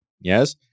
yes